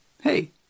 hey